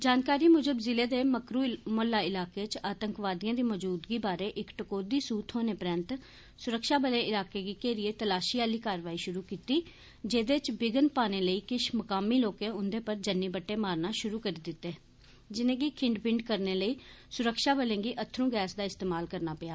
जानकारी मूजब ज़िले दे मकरू मोहल्ला इलाके च आतंकवादिएं दी मजूदगी बारे इक टकोह्दी सूह थ्होने परैंत सुरक्षा बलें इलाके गी घेरियै तलाषी आली कारवाई षुरू कीती जेह्दे च बिध्न पाने लेई किष मकामी लोकें उंदे पर जन्नी बट्टे मारना षुरू करी दित्ते जिनेंगी खिंड बिंड करने लेई सुरक्षा बलें गी अत्थरूं गैस दा इस्तेमाल करना पेआ